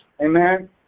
Amen